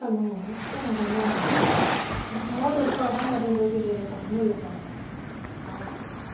kommu ŋka ňoŋ ňaami kumoo dool faŋ hadama dinŋ dool bijeele ika kunool la kaŋo moyle. Haa.